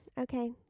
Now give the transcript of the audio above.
Okay